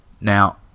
now